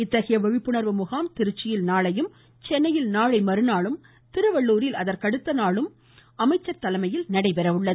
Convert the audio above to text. இத்தகைய விழிப்புணர்வு முகாம் திருச்சியில் நாளையும் சென்னையில் நாளைமறுநாளும் திருவள்ளுரில் அதற்கு அடுத்த நாளும் அமைச்சர் தலைமையில் நடைபெறுகிறது